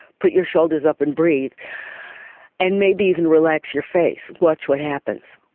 put your shoulders up and breathe and maybe even relax your face, watch what happens.